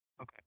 Okay